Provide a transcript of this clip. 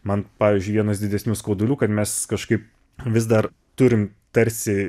man pavyzdžiui vienas didesnių skaudulių kad mes kažkaip vis dar turim tarsi